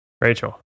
Rachel